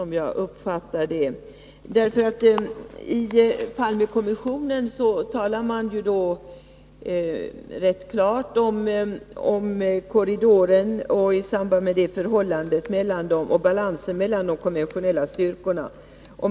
I Palmekommissionen talar man rätt klart om korridoren och i samband därmed om balansen mellan de konventionella styrkorna.